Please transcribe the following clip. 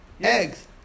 Eggs